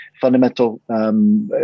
fundamental